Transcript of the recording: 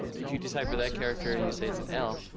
if you decipher that character and you say it's an l,